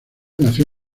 nació